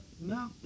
No